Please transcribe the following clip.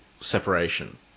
separation